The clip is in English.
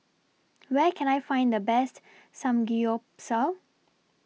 Where Can I Find The Best Samgyeopsal